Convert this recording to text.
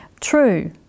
True